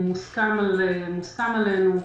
מוסכם עלינו.